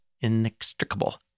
inextricable